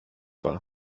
war